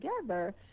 together